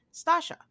Stasha